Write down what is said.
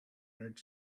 red